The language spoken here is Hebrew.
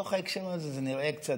בתוך ההקשר זה נראה קצת,